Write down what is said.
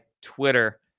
Twitter